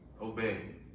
Obey